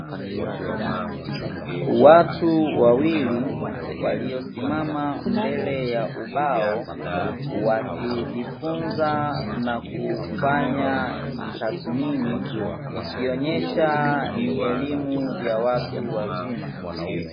Watu wawili waliosimama mbele ya ubao, wakijifunza na kufanya tathmini ikionyesha ni elimu ya watu wazima.